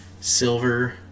silver